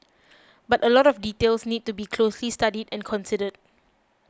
but a lot of details need to be closely studied and considered